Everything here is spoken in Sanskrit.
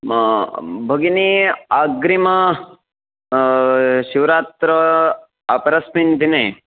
मम भगिनी अग्रिम शिवरात्रौ अपरस्मिन् दिने